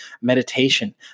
Meditation